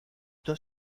dos